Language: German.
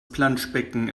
planschbecken